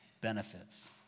benefits